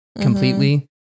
completely